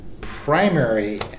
primary